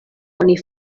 oni